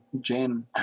Jane